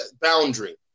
boundary